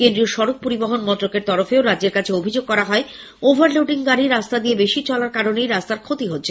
কেন্দ্রীয় সড়ক পরিবহন মন্ত্রকের তরফেও রাজ্যের কাছে অভিযোগ করা হয় ওভারলোডিং গাড়ি রাস্তা দিয়ে বেশি চলার কারণেই রাস্তার ক্ষতি হচ্ছে